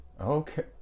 okay